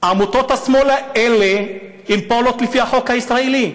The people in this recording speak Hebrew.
עמותות השמאל האלה פועלות לפי החוק הישראלי,